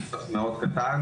זה שטח מאוד קטן,